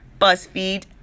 BuzzFeed